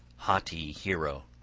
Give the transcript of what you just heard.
haughty hero.